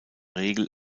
regel